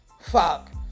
fuck